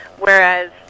Whereas